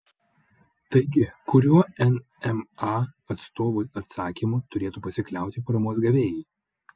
taigi kuriuo nma atstovų atsakymu turėtų pasikliauti paramos gavėjai